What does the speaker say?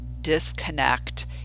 disconnect